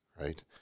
Right